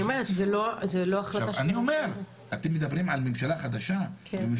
אני אומרת, זה לא החלטה של הממשלה הזאת.